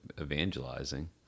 evangelizing